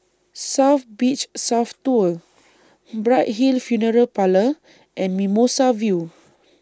South Beach South Tower Bright Hill Funeral Parlour and Mimosa View